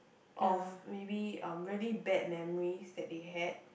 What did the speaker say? of maybe um really bad memories that they had